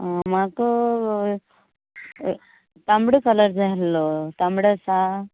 म्हाका तांबडो कलर जाय आसलो तांबडो आसा